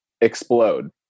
explode